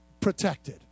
protected